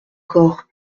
corps